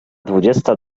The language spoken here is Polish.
dwudziesta